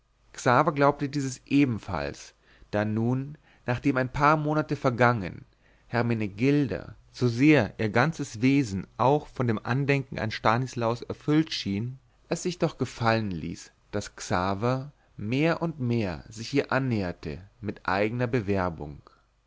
glaubte dieses ebenfalls da nun nachdem ein paar monate vergangen hermenegilda so sehr ihr ganzes wesen auch von dem andenken an stanislaus erfüllt schien es sich doch gefallen ließ daß xaver mehr und mehr sich ihr annäherte mit eigner bewerbung